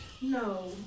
No